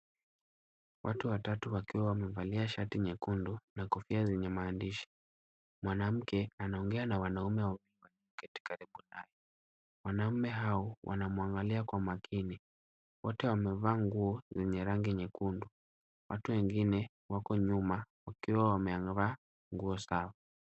Watu watatu wakiwa wamevalia shati nyekundu na kofia zenye maandishi. Mwanamke anaongea na wanaume walioketi karibu naye. Wanaume hao wanamwangalia kwa makini. Wote wamevaa nguo zenye rangi nyekundu. Watu wengine wako nyuma wakiwa wamevaa nguo sawa.